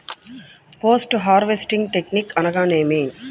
Post harvesting technique అనగా నేమి?